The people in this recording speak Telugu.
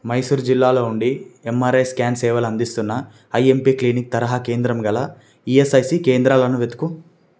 మైసూర్ జిల్లాలో ఉండి ఎంఆర్ఐ స్కాన్ సేవలు అందిస్తున్న ఐఎంపి క్లినిక్ తరహా కేంద్రం గల ఈఎస్ఐసి కేంద్రాలను వెతుకు